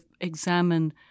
examine